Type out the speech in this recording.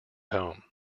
home